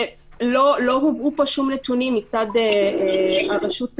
שלא הובאו פה נתונים מצד הרשות השופטת,